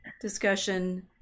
discussion